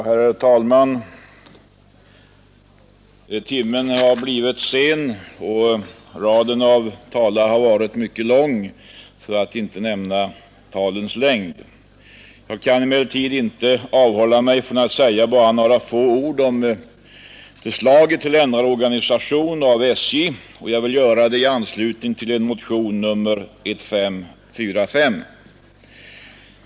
Herr talman! Timmen har blivit sen, och raden av talare har varit mycket lång, för att inte nämna talens längd. Jag kan emellertid inte avhålla mig från att säga några få ord om förslaget till ändrad organisation av SJ, och jag vill göra det i anslutning till en motion, nr 1545.